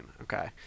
Okay